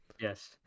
yes